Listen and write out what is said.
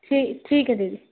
ਠੀਕ ਠੀਕ ਹੈ ਦੀਦੀ